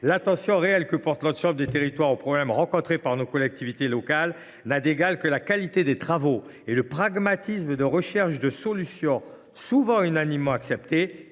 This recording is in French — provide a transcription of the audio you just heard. L’attention réelle que porte notre chambre des territoires aux problèmes rencontrés par nos collectivités locales n’a d’égale que la qualité des travaux et le pragmatisme dans la recherche de solutions souvent unanimement acceptées.